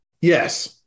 Yes